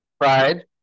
Pride